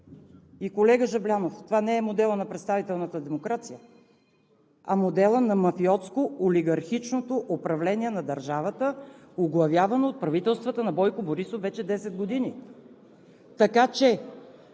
Колега Жаблянов, това не е моделът на представителната демокрация, а моделът на мафиотско-олигархичното управление на държавата, оглавявано от правителствата на Бойко Борисов вече 10 години. Така че